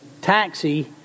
taxi